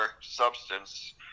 substance